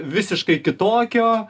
visiškai kitokio